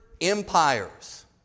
empires